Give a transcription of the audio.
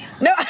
No